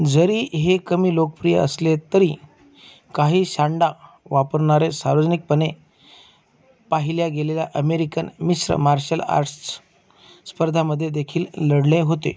जरी हे कमी लोकप्रिय असले तरी काही सँडा वापरणारे सार्वजनिकपणे पाहिल्या गेलेल्या अमेरिकन मिश्र मार्शल आर्ट्स स्पर्धामध्येदेखील लढले होते